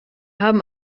haben